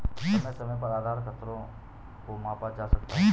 समय समय पर आधार खतरों को मापा जा सकता है